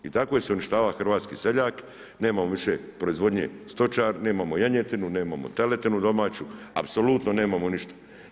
I tako se je uništavao hrvatski seljak, nemamo više proizvodnje stočar, nemamo janjetinu, nemamo teletinu domaću, apsolutno nemamo ništa.